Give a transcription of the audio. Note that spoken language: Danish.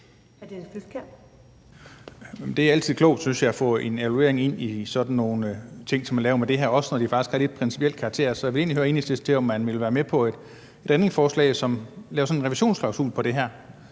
Det er altid klogt, synes jeg, også at få en evaluering ind, når det handler om sådan nogle ting, som man laver her, faktisk også når det har en principiel karakter. Så jeg vil egentlig høre Enhedslisten, om man vil være med på et andet forslag, hvor man laver sådan en revisionsklausul på det her,